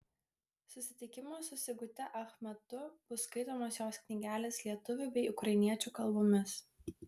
susitikimo su sigute ach metu bus skaitomos jos knygelės lietuvių bei ukrainiečių kalbomis